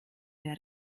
der